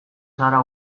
zara